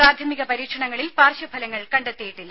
പ്രാഥമിക പരീക്ഷണങ്ങളിൽ പാർശ്വഫലങ്ങൾ കണ്ടെത്തിയിട്ടില്ല